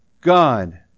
God